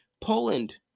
poland